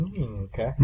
Okay